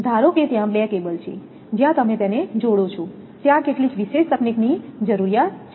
ધારો કે ત્યાં 2 કેબલ છે જ્યાં તમે તેને જોડો છો ત્યાં કેટલીક વિશેષ તકનીકની જરૂરિયાત છે